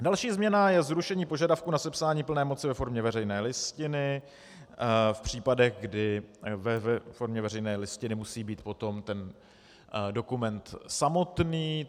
Další změna je zrušení požadavku na sepsání plné moci ve formě veřejné listiny v případech, kdy ve formě veřejné listiny musí být potom dokument samotný.